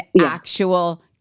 actual